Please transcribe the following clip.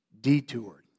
detoured